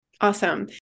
Awesome